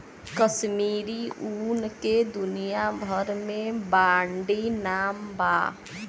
कश्मीरी ऊन के दुनिया भर मे बाड़ी नाम बा